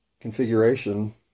Configuration